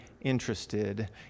interested